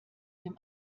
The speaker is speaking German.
dem